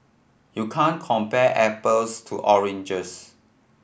you can't compare apples to oranges